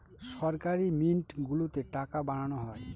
সরকারি মিন্ট গুলোতে টাকা বানানো হয়